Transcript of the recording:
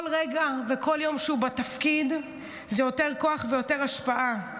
כל רגע וכל יום שהוא בתפקיד זה יותר כוח ויותר השפעה.